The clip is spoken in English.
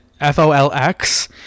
F-O-L-X